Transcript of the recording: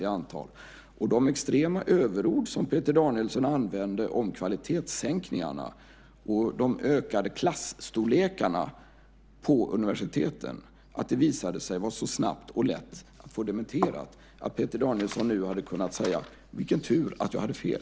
Med tanke på de extrema överord som Peter Danielsson använde om kvalitetssänkningarna och de ökade klasstorlekarna på universiteten, och att det visade sig vara så lätt att snabbt få dem dementerade, hade Peter Danielsson nu kunnat säga: Vilken tur att jag hade fel!